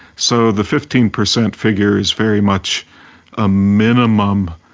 so the fifteen per cent figure is very much a minimum.